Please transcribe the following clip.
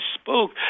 spoke